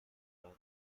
los